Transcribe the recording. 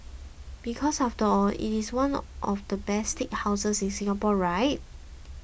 because after all it is one of the best steakhouses in Singapore right